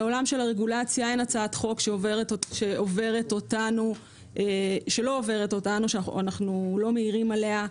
בעולם של הרגולציה אין הצעת חוק שעוברת אותנו ללא שאנחנו מעירים עליה,